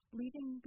leaving